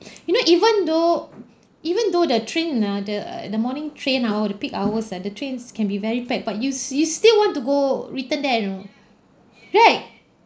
you know even though even though the train ah the uh morning train oh the peak hours ah the trains can be very packed but you s~ you still want to go ridden that you know right